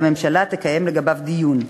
והממשלה תקיים דיון עליו.